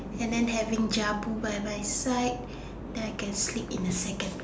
and then having Jabu by my side then I can sleep in the second